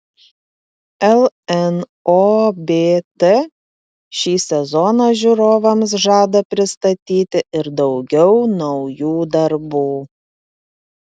lnobt šį sezoną žiūrovams žada pristatyti ir daugiau naujų darbų